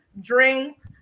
drink